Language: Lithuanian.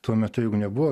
tuo metu juk nebuvo